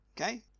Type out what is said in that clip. okay